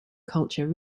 culture